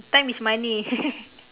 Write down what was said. time is money